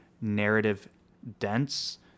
narrative-dense